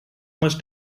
must